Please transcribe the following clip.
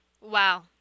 Wow